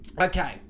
Okay